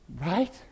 Right